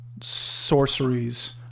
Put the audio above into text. sorceries